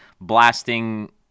blasting